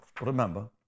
remember